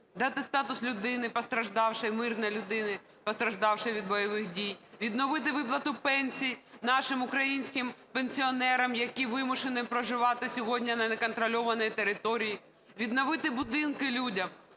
дати статус людини, постраждалої, мирної людини, постраждалої від бойових дій, відновити виплату пенсій нашим українським пенсіонерам, які вимушені проживати сьогодні на неконтрольованій території; відновити будинки людям